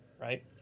right